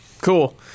cool